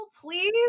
please